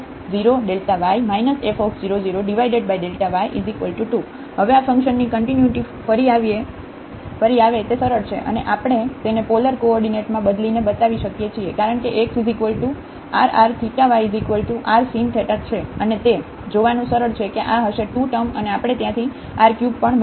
fx00fx0 f00x1 fy00f0y f00y 2 હવે આ ફંક્શનની કન્ટિન્યુટી ફરી આવીએ તે સરળ છે અને આપણે તેને પોલર કોઓર્ડિનેટમાં બદલીને બતાવી શકીએ છીએ કારણ કે x rr થીટાy r સિન થેટા છે અને તે જોવાનું સરળ છે કે આ હશે 2 ટૅમ અને આપણે ત્યાંથી rક્યુબ પણ મેળવીશું